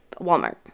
Walmart